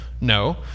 No